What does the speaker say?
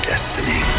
Destiny